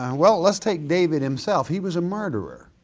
um well let's take david himself, he was a murderer.